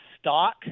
stock